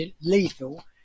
lethal